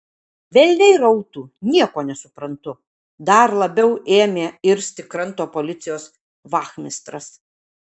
velniai rautų nieko nesuprantu dar labiau ėmė irzti kranto policijos vachmistras